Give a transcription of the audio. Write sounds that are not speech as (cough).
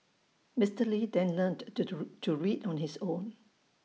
Mister lee then learnt (unintelligible) to read on his own